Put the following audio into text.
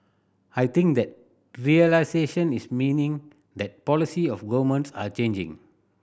I think that realisation is meaning that policy of are changing